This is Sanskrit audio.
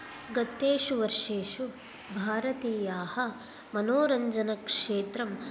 गतेषु वर्षेषु भारतीयाः मनोरञ्जनक्षेत्रं